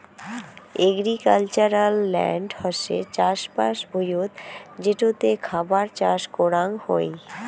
agricultural land হসে চাষবাস ভুঁইয়ত যেটোতে খাবার চাষ করাং হই